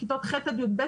בכיתות ח' עד י"ב,